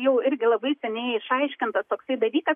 jau irgi labai seniai išaiškintas toksai dalykas